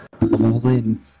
All-in